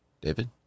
David